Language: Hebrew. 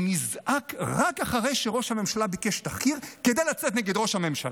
הוא נזעק רק אחרי שראש הממשלה ביקש תחקיר כדי לצאת נגד ראש הממשלה.